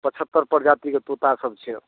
पछहतर प्रजाति कऽ तोता सभ छै